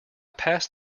passed